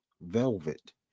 velvet